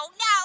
no